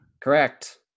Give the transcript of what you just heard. Correct